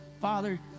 Father